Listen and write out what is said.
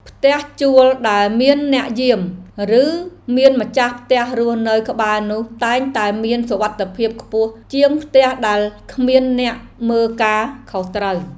ផ្ទះជួលដែលមានអ្នកយាម ឬមានម្ចាស់ផ្ទះរស់នៅក្បែរនោះតែងតែមានសុវត្ថិភាពខ្ពស់ជាងផ្ទះដែលគ្មានអ្នកមើលការខុសត្រូវ។